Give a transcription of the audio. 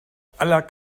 aller